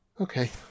Okay